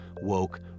woke